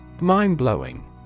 Mind-blowing